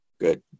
good